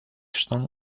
stones